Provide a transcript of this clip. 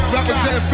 Represent